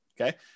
Okay